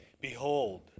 Behold